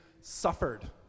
suffered